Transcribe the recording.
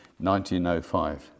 1905